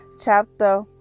chapter